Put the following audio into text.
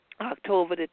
October